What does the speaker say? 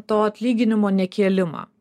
to atlyginimo nekėlimą